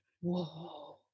Whoa